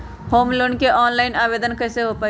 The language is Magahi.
होम लोन के ऑनलाइन आवेदन कैसे दें पवई?